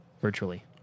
Virtually